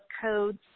codes